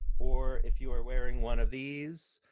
or if you are wearing one of these,